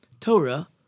Torah